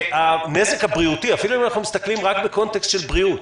שהנזק הבריאותי אפילו אם אנחנו מסתכלים רק בקונטקסט של בריאות